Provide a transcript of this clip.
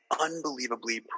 unbelievably